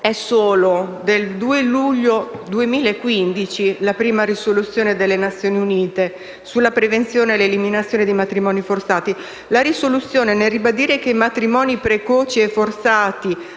È solo del 2 luglio 2015 la prima risoluzione delle Nazioni Unite sulla prevenzione e l'eliminazione dei matrimoni forzati. La risoluzione, nel ribadire che i matrimoni precoci e forzati